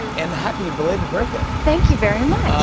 and happy belated birthday. thank you very much.